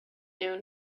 noon